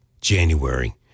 January